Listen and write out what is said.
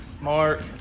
Mark